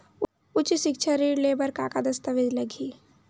उच्च सिक्छा ऋण ले बर का का दस्तावेज लगही?